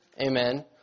amen